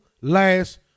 last